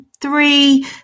three